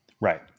Right